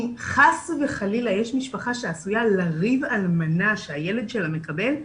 אם חס וחלילה יש משפחה שעשויה לריב על המנה שהילד שלה מקבל,